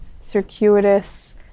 circuitous